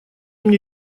мне